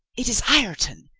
it is ireton!